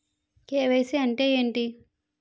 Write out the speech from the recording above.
KYC అంటే ఏంటి?